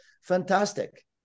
fantastic